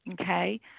Okay